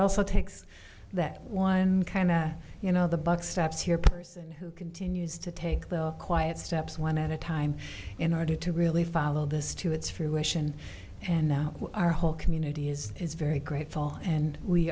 also takes that one kind of you know the buck stops here person who continues to take the quiet steps one at a time in order to really follow this to its fruition and now our whole community is is very grateful and we